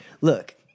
Look